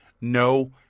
No